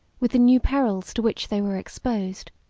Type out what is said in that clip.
with the new perils to which they were exposed.